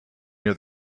near